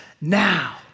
Now